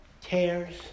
tears